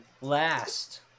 last